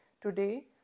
Today